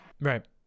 Right